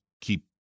keep